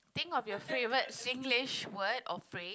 think of your favorite Singlish word or phrase